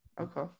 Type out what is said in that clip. okay